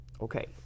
Okay